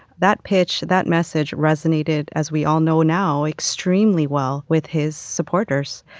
that pitch, that message, resonated, as we all know now, extremely well with his supporters.